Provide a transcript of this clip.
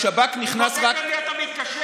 השב"כ נכנס רק, הוא בודק למי אתה מתקשר?